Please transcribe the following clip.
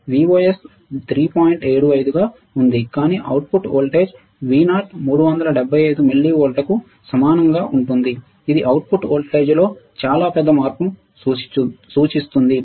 75 గా ఉంది కానీ అవుట్పుట్ వోల్టేజ్ Vo 375 మిల్లీవోల్ట్లకు సమానంగా ఉంటుంది ఇది అవుట్పుట్ వోల్టేజ్లో చాలా పెద్ద మార్పును సూచిస్తుంది